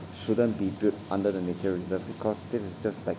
shouldn't be built under the nature reserve because this is just like